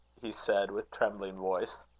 he said, with trembling voice.